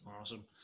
Awesome